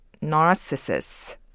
Narcissus